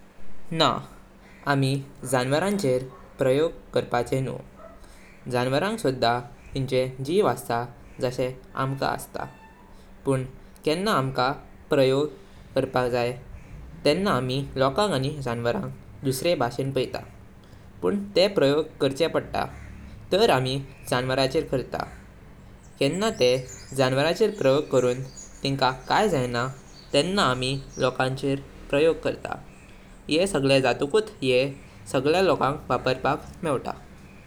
आमी जानवरांचर प्रयोग करूनकय ना। जानवरांग सुध्दा तीं चें जीव अस्ता जशे आमकां अस्ता। पण केंना आमकां प्रयोग करूनक जाय, तेन्ना आमी लोकांग आनी जँवारांग दुसरे भाषें पैतां। पण तेँ प्रयोग करचे पडता, तार आमी जानवरांचर करतां। केंना तेँ जानवरांचर प्रयोग करून तिंका काई जाईना तेन्ना आमी लोकाच्यार प्रयोग करतां। यें सगळे जातुकुट येँ सगळे लोकांंग वरपरपक मेवता।